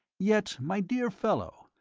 yet, my dear fellow,